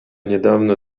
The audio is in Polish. niedawno